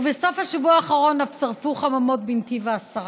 ובסוף השבוע האחרון אף שרפו חממות בנתיב העשרה.